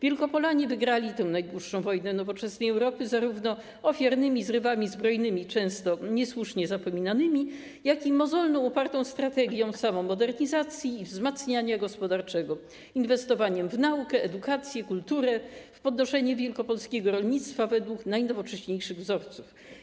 Wielkopolanie wygrali tę najdłuższą wojnę nowoczesnej Europy zarówno ofiarnymi zrywami zbrojnymi, często niesłusznie zapominanymi, jak i mozolną, upartą strategią samomodernizacji i wzmacniania gospodarczego, inwestowaniem w naukę, edukację, kulturę, w podnoszenie wielkopolskiego rolnictwa według najnowocześniejszych wzorców.